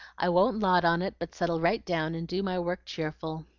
i won't lot on it, but settle right down and do my work cheerful.